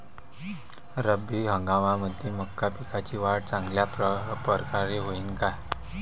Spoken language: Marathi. रब्बी हंगामामंदी मका पिकाची वाढ चांगल्या परकारे होईन का?